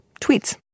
tweets